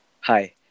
hi